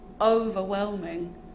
overwhelming